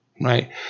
right